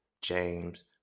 James